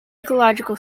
ecological